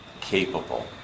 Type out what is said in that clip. capable